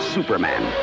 Superman